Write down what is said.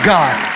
God